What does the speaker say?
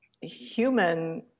human